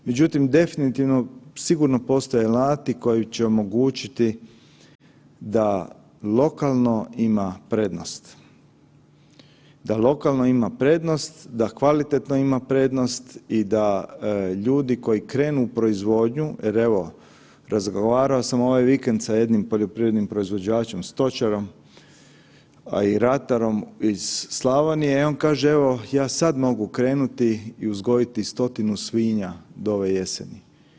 Međutim, definitivno sigurno postoje alati koji će omogućiti da lokalno ima prednost, da lokalno ima prednost, da kvalitetno ima prednost i da ljudi koji krenu u proizvodnju jer evo razgovarao sam ovaj vikend sa jednim poljoprivrednim proizvođačem, stočarom, a i ratarom iz Slavonije i on kaže evo ja sad mogu krenuti i uzgojiti stotinu svinja do ove jeseni.